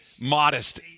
modest